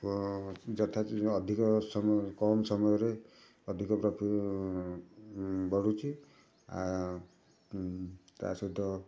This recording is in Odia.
ଯଥା ଅଧିକ ସମୟ କମ୍ ସମୟରେ ଅଧିକ ବଢ଼ୁଛି ଆଉ ତା ସହିତ